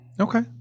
Okay